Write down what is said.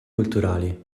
culturali